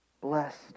Blessed